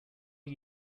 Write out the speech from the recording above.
are